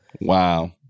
Wow